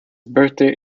birthdate